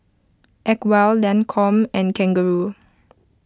Acwell Lancome and Kangaroo